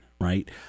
right